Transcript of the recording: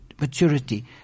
maturity